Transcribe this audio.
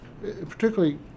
Particularly